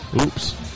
Oops